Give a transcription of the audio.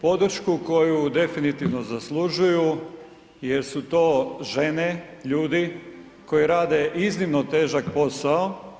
Podršku koju definitivno zaslužuju jer su to žene, ljudi koji rade iznimno težak posao.